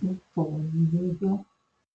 japonijoje